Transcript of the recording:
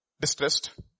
distressed